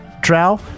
Drow